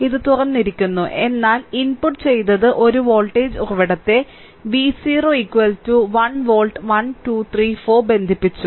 ഇത് തുറന്നിരിക്കുന്നു എന്നാൽ ഇൻപുട്ട് ചെയ്തത് ഒരു വോൾട്ടേജ് ഉറവിടത്തെ V0 1 വോൾട്ട് 1 2 3 4 ബന്ധിപ്പിച്ചു